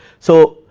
so,